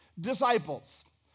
disciples